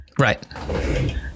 right